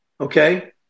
okay